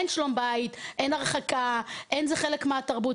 אין שלום בית, אין הרחקה, אין זה חלק מהתרבות.